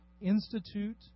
institute